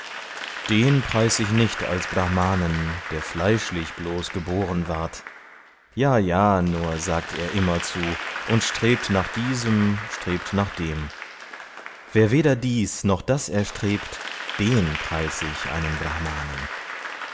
den preis ich nicht als brhmanen der fleischlich bloß geboren ward ja ja nur sagt er immerzu und strebt nach diesem strebt nach dem wer weder dies noch das erstrebt den preis ich einen brhmanen